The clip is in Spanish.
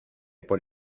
por